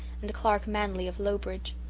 and clark manley of lowbridge.